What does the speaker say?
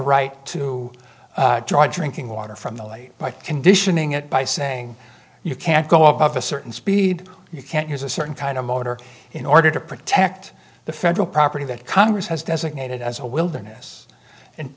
right to drive drinking water from the late conditioning it by saying you can't go above a certain speed you can't use a certain kind of motor in order to protect the federal property that congress has designated as a wilderness and